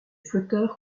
flotteurs